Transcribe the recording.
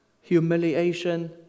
humiliation